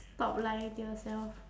stop lying to yourself